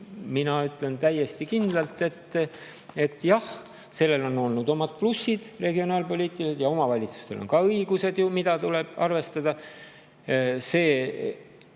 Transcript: Mina ütlen täiesti kindlalt, et jah, sellel on olnud omad regionaalpoliitilised plussid ja omavalitsustel on ka õigused, mida tuleb arvestada. Miks